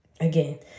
Again